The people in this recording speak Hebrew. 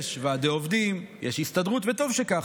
יש ועדי עובדים, יש הסתדרות, וטוב שכך.